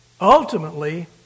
ultimately